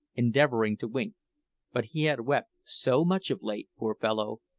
endeavouring to wink but he had wept so much of late, poor fellow,